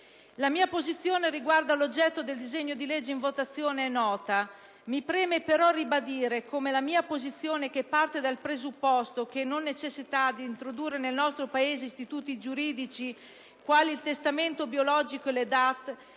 La mia posizione riguardo all'oggetto del disegno di legge in votazione è nota. Mi preme però ribadire come la mia posizione, che parte dal presupposto della non necessità di introdurre nel nostro Paese istituti giuridici quali il testamento biologico o le DAT,